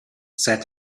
said